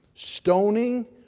Stoning